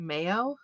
Mayo